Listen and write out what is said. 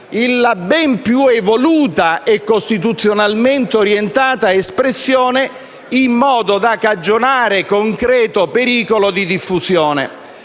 la ben più evoluta e costituzionalmente orientata espressione: «in modo da cagionare concreto pericolo di diffusione».